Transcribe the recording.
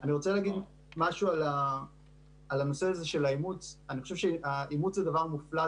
אני רוצה להגיד משהו על הנושא של האימוץ אני חושב שאימוץ זה דבר נפלא,